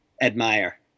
admire